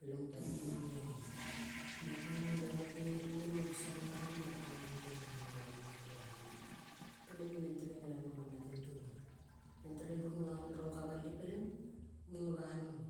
Peleng muta tining iongo. Mo tining baima gene peleng mo biso gene peleng mo kata getenga. mo mama kano rama. Peleing neng tereng ngelalo mang na tente mute guna-a. Neng tereng runuaong rong ka bali peleng. munge banove